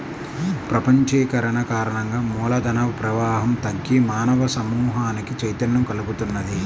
ప్రపంచీకరణ కారణంగా మూల ధన ప్రవాహం తగ్గి మానవ సమూహానికి చైతన్యం కల్గుతున్నది